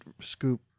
scoop